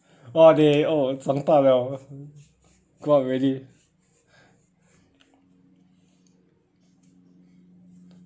orh they oh 长大了 grow up already